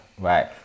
right